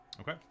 okay